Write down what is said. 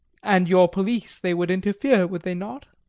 and your police, they would interfere, would they not?